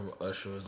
Usher